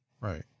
Right